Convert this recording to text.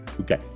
Okay